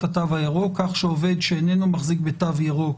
התו הירוק כך שעובד שאיננו מחזיק בתו ירוק